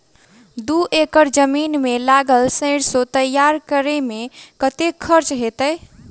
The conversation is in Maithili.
दू एकड़ जमीन मे लागल सैरसो तैयार करै मे कतेक खर्च हेतै?